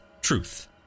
truth